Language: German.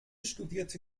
studierte